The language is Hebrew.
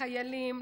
לחיילים,